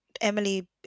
Emily